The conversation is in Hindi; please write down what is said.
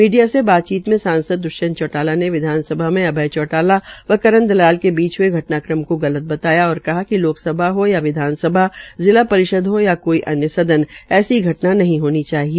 मीडिया से बातचीत मे सांसद दृष्यंत चौटाला ने विधानसभा में अभय चौटाला व करण दलाल के बीच हुए घटनाक्रम को गलत बताया और कहा कि लोकसभा हो या विधानसभा जिला परिषद हो या कोई अन्य सदन ऐसी घटना नहीं होनी चाहिए